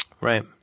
Right